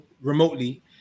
remotely